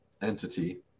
entity